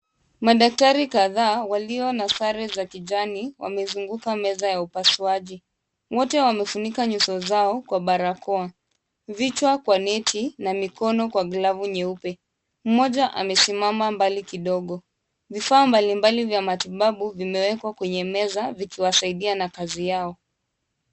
Madaktari kadhaa walio na sare za kijani wamezunguka meza ya upasuaji. Wote wamefunika nyuso zao kwa barakoa, vichwa kwa neti na mikono kwa glavu nyeupe. Mmoja amesimama mbali kidogo. Vifaa mbalimbali vya matibabu vimewekwa kwenye meza kuwasaidia na kazi zao.